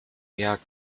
werk